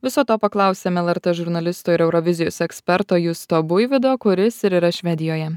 viso to paklausėme lrt žurnalisto ir eurovizijos eksperto justo buivydo kuris ir yra švedijoje